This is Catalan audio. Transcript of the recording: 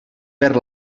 per